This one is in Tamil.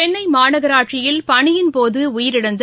சென்னை மாநகராட்சியில் பணியின்போது உயிரிழந்த